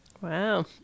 Wow